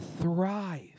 thrive